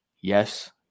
Yes